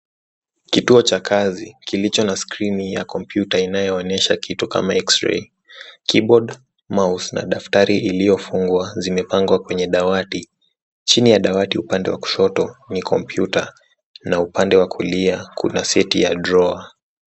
Kituo cha kazi kilicho na skrini ya kompyuta inayoonyesha kitu kama X-Ray , keyboard , mouse na daftari iliyofungwa. Zimepangwa kwenye dawati. Chini ya dawati upande wa kushoto ni kompyuta na upande wa kulia kuna seti ya drawer .